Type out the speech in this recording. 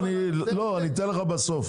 אני אתן לך בסוף,